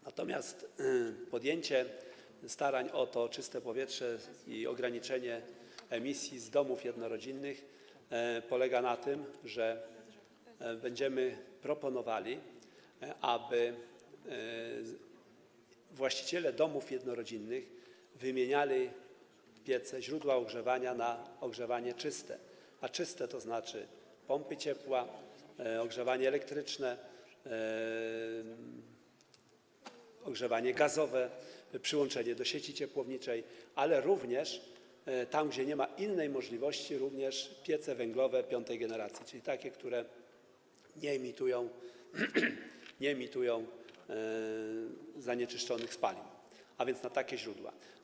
Natomiast podjęcie starań o to czyste powietrze i ograniczenie emisji z domów jednorodzinnych polega na tym, że będziemy proponowali, aby właściciele domów jednorodzinnych wymieniali piece, źródła ogrzewania, na ogrzewanie czyste - a czyste to znaczy pompy ciepła, ogrzewanie elektryczne, ogrzewanie gazowe, przyłączenie do sieci ciepłowniczej, a tam, gdzie nie ma innej możliwości, również na piece węglowe piątej generacji, czyli takie, które nie emitują zanieczyszczonych spalin - a więc na takie źródła.